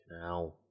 Now